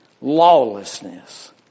Lawlessness